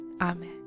Amen